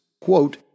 quote